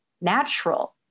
natural